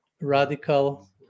radical